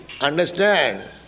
understand